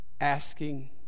asking